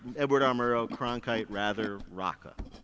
edward r. murrow, cronkite, rather, rocca.